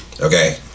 Okay